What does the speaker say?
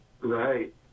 Right